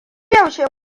yaushe